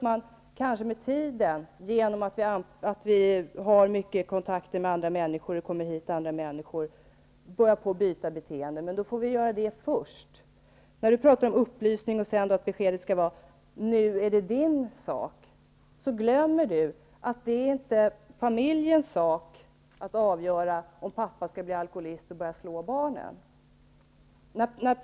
Med tiden, genom att vi har mycket kontakter med andra människor som kommer hit, kanske vi byter beteende. Men det får vi göra först. Peter Kling pratar om upplysning och säger att beskedet skall vara: Nu är det din sak. Peter Kling glömmer då att det inte är familjens sak att avgöra om pappa skall bli alkoholist och börja slå barnen.